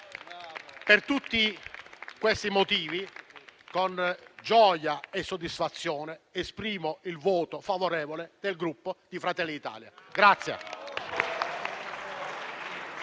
Per tutti questi motivi, con gioia e soddisfazione, esprimo il voto favorevole del Gruppo Fratelli d'Italia.